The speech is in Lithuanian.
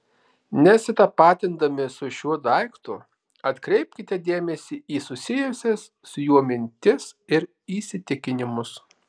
nesitapatindami su šiuo daiktu atkreipkite dėmesį į susijusias su juo mintis ir įsitikinimus